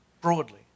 broadly